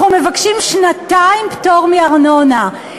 אנחנו מבקשים שנתיים פטור מארנונה.